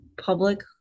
public